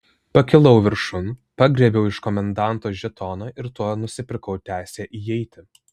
pakilau viršun pagriebiau iš komendanto žetoną ir tuo nusipirkau teisę įeiti